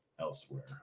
Elsewhere